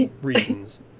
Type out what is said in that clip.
reasons